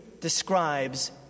describes